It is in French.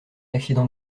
accident